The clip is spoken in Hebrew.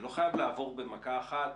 זה לא חייב לעבור במכה אחת